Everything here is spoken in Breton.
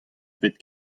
bet